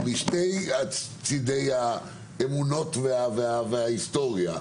משני צדי האמונות וההיסטוריה,